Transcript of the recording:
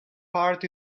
part